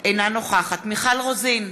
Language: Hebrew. אינה נוכחת מיכל רוזין,